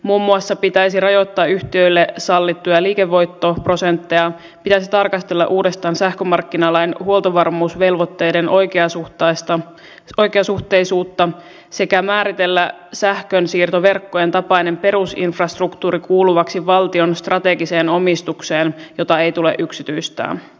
muun muassa pitäisi rajoittaa yhtiöille sallittuja liikevoittoprosentteja pitäisi tarkastella uudestaan sähkömarkkinalain huoltovarmuusvelvoitteiden oikeasuhteisuutta sekä määritellä sähkönsiirtoverkkojen tapainen perusinfrastruktuuri kuuluvaksi valtion strategiseen omistukseen jota ei tule yksityistää